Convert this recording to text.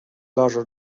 larger